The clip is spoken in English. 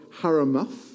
Haramuth